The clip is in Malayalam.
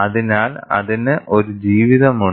അതിനാൽ അതിന് ഒരു ജീവിതമുണ്ട്